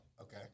Okay